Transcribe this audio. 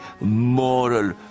moral